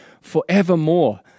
forevermore